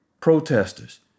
protesters